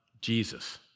Jesus